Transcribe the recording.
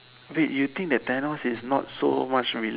wait you think that Thanos is not so much reason